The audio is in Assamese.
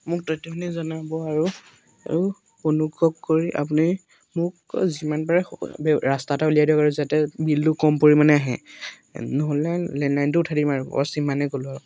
মোক তথ্যখিনি জনাব আৰু অনুগ্ৰহ কৰি আপুনি মোক যিমান পাৰে ৰাস্তা এটা উলিয়াই দিয়ক আৰু যাতে বিলটো কম পৰিমাণে আহে নহ'লে লেণ্ডলাইনটো উঠাই দিম আৰু বচ সিমানেই ক'লোঁ আৰু